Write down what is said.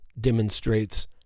demonstrates